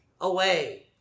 away